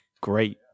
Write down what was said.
great